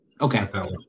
Okay